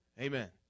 Amen